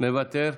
מוותר,